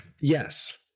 Yes